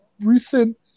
recent